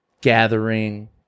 gathering